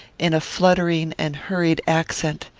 in a fluttering and hurried accent,